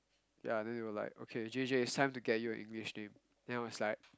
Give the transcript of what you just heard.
ya then they were like okay J_J it's time to get you an English name then I was like